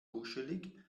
kuschelig